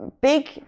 big